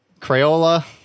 Crayola